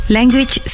Language